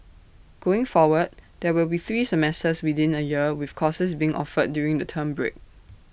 going forward there will be three semesters within A year with courses being offered during the term break